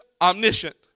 omniscient